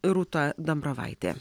rūta dambravaitė